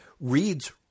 reads